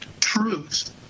truth